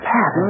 Pat